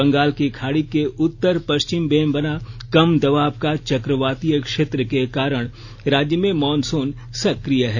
बंगाल की खाड़ी के उत्तर पश्चिम में बना कम दबाव का चक्रवातीय क्षेत्र के कारण राज्य में मॉनसून सक्रिय है